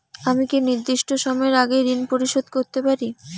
আমি কি নির্দিষ্ট সময়ের আগেই ঋন পরিশোধ করতে পারি?